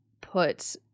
put